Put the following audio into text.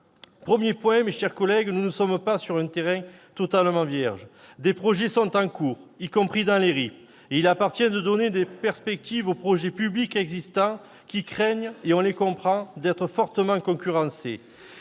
Premier point, mes chers collègues : nous ne sommes pas sur un terrain totalement vierge. Des projets sont en cours, y compris dans les RIP, et il appartient de donner des perspectives aux projets publics existants, qui craignent- et on les comprend -d'être fortement concurrencés.